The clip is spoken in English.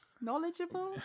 knowledgeable